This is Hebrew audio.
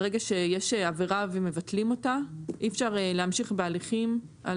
ברגע שיש עבירה ומבטלים אותה ואי אפשר להמשיך בהליכים על